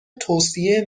توصیه